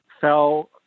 fell